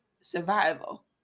survival